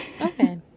okay